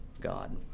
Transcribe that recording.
God